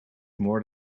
more